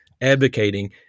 advocating